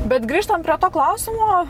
bet grįžtant prie to klausimo